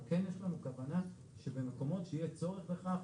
אבל כן יש לנו כוונה שבמקומות שיהיה צורך בכך,